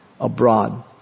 abroad